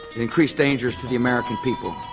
increase dangers to the american people,